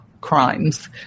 crimes